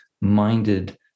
minded